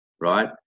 right